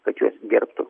kad juos gerbtų